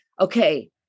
Okay